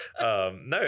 No